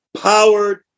powered